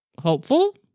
hopeful